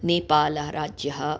नेपालः राज्यं